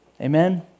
Amen